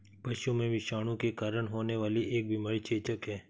पशुओं में विषाणु के कारण होने वाली एक बीमारी चेचक है